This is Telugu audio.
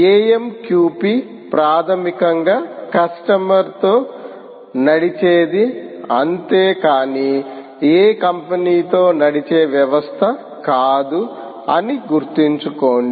AMQP ప్రాథమికంగా కస్టమర్ తో నడిచేది అంతే కానీ ఏ కంపెనీ తో నడిచే వ్యవస్థ కాదు అని గుర్తుంచుకోండి